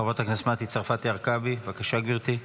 חברת הכנסת מטי צרפתי הרכבי, בבקשה, גברתי.